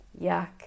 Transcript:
Yuck